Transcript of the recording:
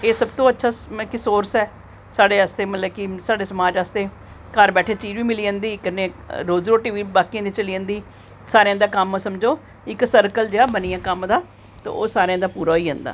एह् सब तू अच्छा की सोर्स ऐ साढ़े आस्तै की साढ़े समाज़ आस्तै घर बैठे दे चीज़ बी मिली जंदी ते बाकियें दी रोटी बी चली जंदी सारेआं दा कम्म समझो इक्क सर्किल जेह्ड़ा बनी गेआ कम्म दा ते ओह् सारें दा पूरा होई जंदा